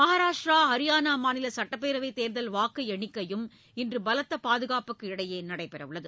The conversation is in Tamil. மகாராஷ்ட்டிரா ஹரியானா மாநில சட்டப்பேரவை தேர்தல் வாக்கு எண்ணிக்கையும் இன்று பலத்த பாதுகாப்புக்கு இடையே நடைபெறவுள்ளது